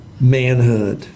Manhood